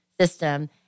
system